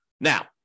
Now